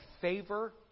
favor